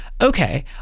okay